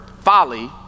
folly